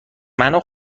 منو